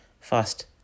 fast